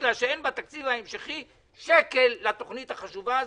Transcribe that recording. בגלל שאין בתקציב ההמשכי שקל לתוכנית החשובה הזאת,